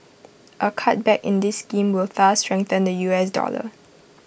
A cutback in this scheme will thus strengthen the U S dollar